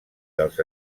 dels